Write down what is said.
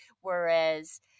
Whereas